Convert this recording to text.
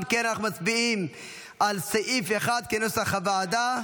אם כן, אנחנו מצביעים על סעיף 1 כנוסח הוועדה.